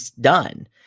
done